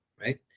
right